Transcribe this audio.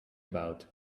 about